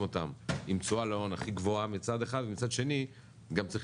אותם עם תשואה להון הכי גבוהה מצד אחד ומצד שני גם צריך